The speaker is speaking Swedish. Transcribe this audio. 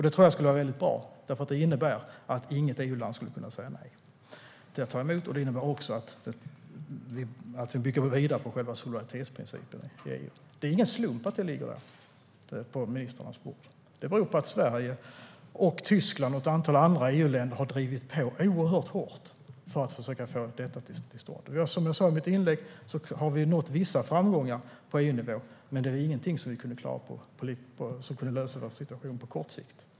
Det tror jag skulle vara väldigt bra, för det skulle innebära att inget EU-land kan säga nej till att ta emot. Det innebär också att vi bygger vidare på själva solidaritetsprincipen i EU. Det är ingen slump att förslaget ligger på ministrarnas bord. Det beror på att Sverige, Tyskland och ett antal andra EU-länder har drivit på oerhört hårt för att få detta till stånd. Som jag sa i mitt inlägg har vi nått vissa framgångar på EU-nivå, men det är ingenting som kan lösa situationen på kort sikt.